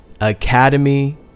academy